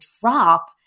drop